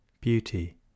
Beauty